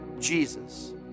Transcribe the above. Jesus